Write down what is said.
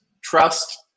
trust